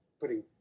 putting